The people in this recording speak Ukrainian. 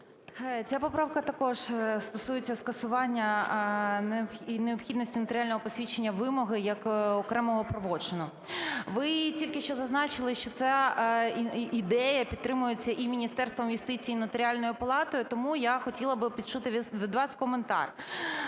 Ця поправка також стосується скасування необхідності нотаріального посвідчення вимоги як окремого правочину. Ви тільки що зазначили, що ця ідея підтримується і Міністерством юстиції, і Нотаріальною палатою, тому я хотіла би почути від вас коментар.